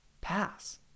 pass